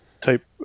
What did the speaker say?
type